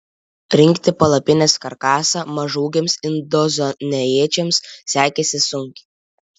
rinkti palapinės karkasą mažaūgiams indoneziečiams sekėsi sunkiai